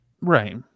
Right